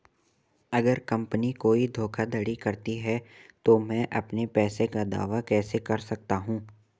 अगर कंपनी कोई धोखाधड़ी करती है तो मैं अपने पैसे का दावा कैसे कर सकता हूं?